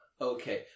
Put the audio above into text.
okay